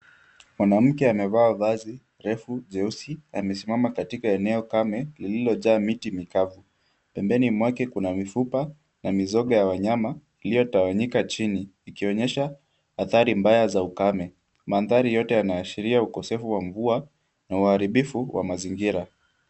Mwanamke amevaa vazi refu jeusi ,amesimama katika eneo kame lililojaa miti mikavu .Pembeni mwake kuna mifupa na mizoga ya wanyama iliyotawanyika chini ,ikionyesha athari mbaya za ukame. Mandhari yote yanaashiria ukosefu wa mvua na uharibifu wa mazingira.